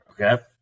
Okay